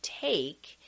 take